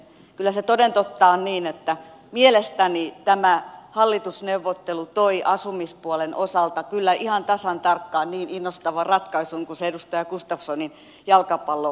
kyllä se toden totta on niin että mielestäni tämä hallitusneuvottelu toi asumispuolen osalta kyllä ihan tasan tarkkaan niin innostavan ratkaisun kuin se edustaja gustafssonin jalkapallopuhe täällä